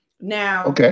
Now